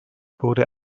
wurde